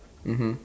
mmhmm